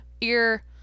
ear